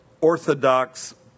orthodox